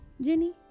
Jenny